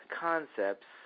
concepts